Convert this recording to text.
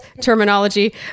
terminology